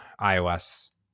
iOS